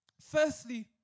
Firstly